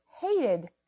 hated